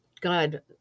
God